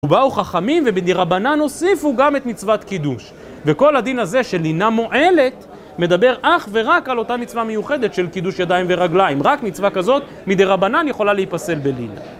ובאו חכמים ובדירבנן הוסיפו גם את מצוות קידוש וכל הדין הזה של לינה מועלת מדבר אך ורק על אותה מצווה מיוחדת של קידוש ידיים ורגליים רק מצווה כזאת מדי רבנן יכולה להיפסל בלינג